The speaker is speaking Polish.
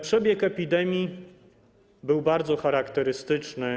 Przebieg epidemii był bardzo charakterystyczny.